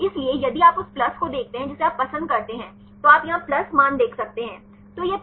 इसलिए यदि आप उस प्लस को देखते हैं जिसे आप पसंद करते हैं तो आप यहां प्लस मान देख सकते हैं